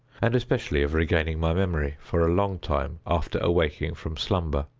and especially of regaining my memory, for a long time after awaking from slumber.